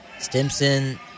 Stimson